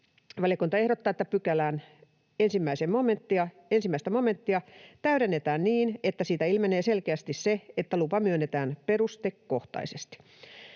Valiokunta ehdottaa, että pykälän 1 momenttia täydennetään niin, että siitä ilmenee selkeästi se, että lupa myönnetään perustekohtaisesti.